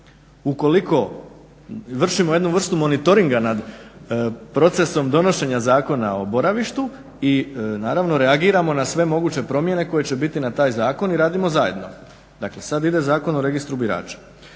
Ukoliko izvršimo jednu vrstu monitoringa nad procesom donošenja Zakona o boravištu i naravno reagiramo na sve moguće promjene koje će biti na taj zakon i radimo zajedno. Dakle sada ide Zakon o registru birača.